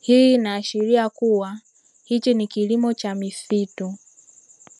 Hii inaashiria kuwa hiki ni kilimo cha misitu.